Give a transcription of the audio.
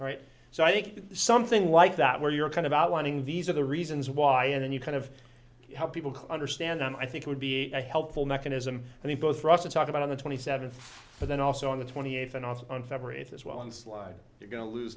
right so i think something like that where you're kind of outlining these are the reasons why and then you kind of help people understand and i think it would be helpful mechanism and he both for us to talk about on the twenty seventh but then also on the twenty eighth and also on february eighth as well and slide you're going to lose